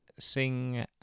sing